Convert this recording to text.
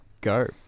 Go